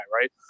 right